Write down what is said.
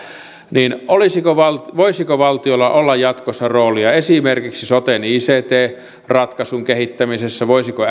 niin voisiko valtiolla olla jatkossa roolia esimerkiksi soten ict ratkaisun kehittämisessä voisiko